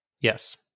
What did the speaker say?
Yes